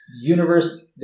Universe